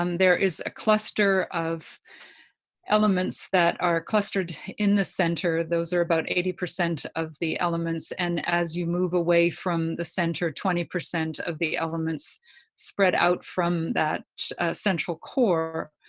um there is a cluster of elements that are clustered in the center. those are about eighty percent of the elements. and as you move away from the center, twenty percent of the elements spread out from that central core.